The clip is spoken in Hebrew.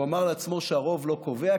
הוא אמר לעצמו שהרוב לא קובע,